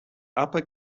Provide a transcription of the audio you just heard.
upper